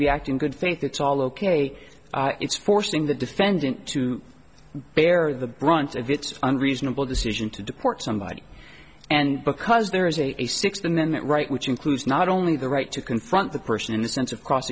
we act in good faith it's all ok it's forcing the defendant to bear the brunt of its unreasonable decision to deport somebody and because there is a sixth amendment right which includes not only the right to confront the person in the sense of cross